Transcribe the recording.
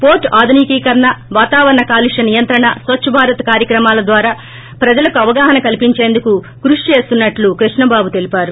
Porsche అధునికికరణ వాతావరణి కాలుష్న నియంత్రణ స్వచ్చ భారత్ కార్యక్రమాల ద్వారా ప్రజలకు అవగాహన కల్పించేందుకు క్రుషి చేస్తునట్లు కృష్ణబాబు తెలిపారు